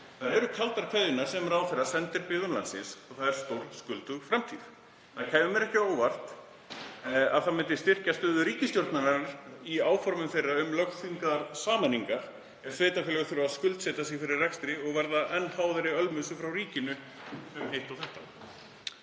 Þær eru kaldar kveðjurnar sem ráðherra sendir byggðum landsins, og það er stórskuldug framtíð. Það kæmi mér ekki á óvart að það myndi styrkja stöðu ríkisstjórnarinnar í áformum þeirra um lögþvingaðar sameiningar ef sveitarfélög þurfa að skuldsetja sig fyrir rekstri og verða enn háðari ölmusu frá ríkinu um hitt og þetta.